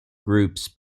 groups